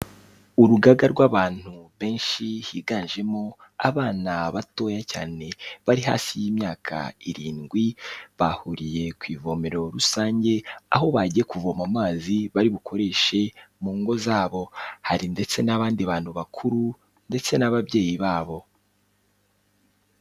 Urugaga rw'abantu benshi higanjemo abana batoya cyane, bari hasi y'imyaka irindwi, bahuriye ku ivomero rusange, aho bagiye kuvoma amazi bari bukoreshe mu ngo zabo, hari ndetse n'abandi bantu bakuru ndetse n'ababyeyi babo.